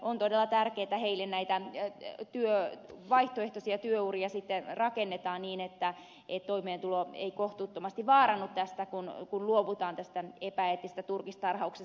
on todella tärkeätä heille näitä vaihtoehtoisia työuria rakentaa niin että toimeentulo ei kohtuuttomasti vaarannu kun luovutaan tästä epäeettisestä turkistarhauksesta